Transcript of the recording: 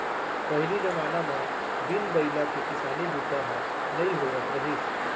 पहिली जमाना म बिन बइला के किसानी बूता ह नइ होवत रहिस